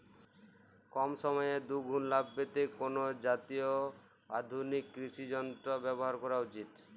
কম সময়ে দুগুন লাভ পেতে কোন জাতীয় আধুনিক কৃষি যন্ত্র ব্যবহার করা উচিৎ?